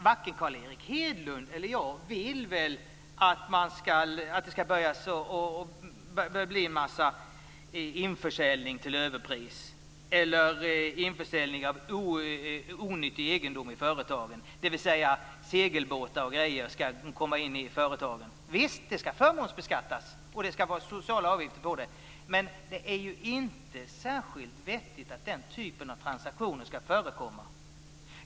Varken Carl Erik Hedlund eller jag vill väl att det ska bli en mängd införsäljningar till överpris eller införsäljning av onyttig egendom i företagen, t.ex. segelbåtar. Visst, detta ska förmånsbeskattas och det ska vara sociala avgifter. Men det är inte särskilt vettigt att den typen av transaktioner ska förekomma.